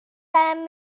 اشنا